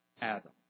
Adam